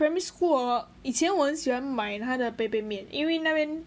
primary school orh 以前我很喜欢买他的杯杯面因为那边